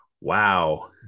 wow